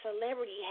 celebrity